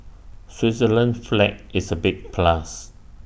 Switzerland's flag is A big plus